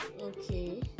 Okay